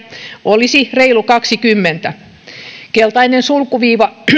olisi reilu kahdennenkymmenennen keltainen sulkuviiva